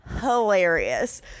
hilarious